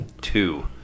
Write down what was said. two